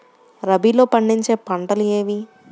రబీలో పండించే పంటలు ఏవి?